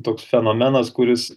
toks fenomenas kuris